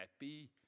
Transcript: happy